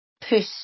push